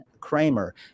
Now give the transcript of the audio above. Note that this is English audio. Kramer